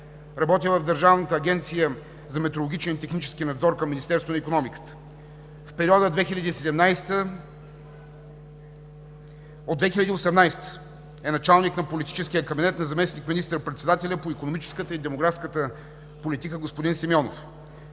Работила е в Държавната агенция за метрологичен и технически надзор към Министерството на икономиката. От 2018 г. е началник на политическия кабинет на заместник министър-председателя по икономическата и демографската политика господин Симеонов.